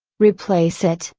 replace it,